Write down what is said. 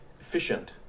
efficient